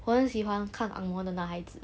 我很喜欢看 ang moh 的男孩子